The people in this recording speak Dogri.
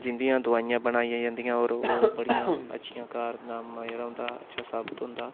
जिंदियां दवाईयां बनाईयां जंदियां होर ओह् बड़ियां अच्छियां कारनामा जेह्ड़ा उं'दा अच्छा साबत होंदा